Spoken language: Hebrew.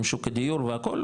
עם שוק הדיור והכול,